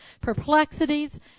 perplexities